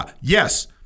Yes